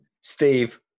Steve